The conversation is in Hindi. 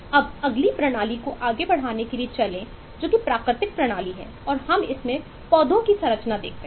अब अगली प्रणाली को आगे बढ़ाने के लिए चलें जो कि प्राकृतिक प्रणाली है और हम इसमें पौधों की संरचना देखते हैं